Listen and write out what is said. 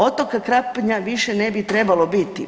Otoka Krapnja više ne bi trebalo biti.